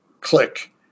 Click